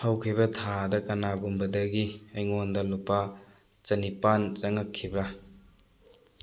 ꯍꯧꯈꯤꯕ ꯊꯥꯗ ꯀꯅꯥꯒꯨꯝꯕꯗꯒꯤ ꯑꯩꯉꯣꯟꯗ ꯂꯨꯄꯥ ꯆꯅꯤꯄꯥꯟ ꯆꯪꯉꯛꯈꯤꯕ꯭ꯔꯥ